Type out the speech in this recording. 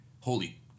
holy